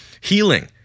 Healing